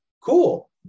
Cool